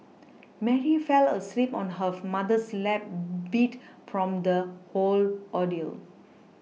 Mary fell asleep on her mother's lap beat from the whole ordeal